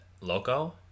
loco